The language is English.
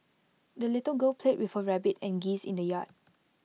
the little girl played with her rabbit and geese in the yard